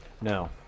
no